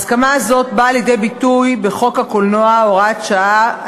ההסכמה הזאת באה לידי ביטוי בחוק הקולנוע (הוראת שעה),